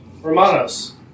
Romanos